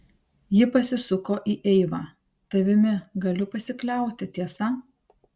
ji pasisuko į eivą tavimi galiu pasikliauti tiesa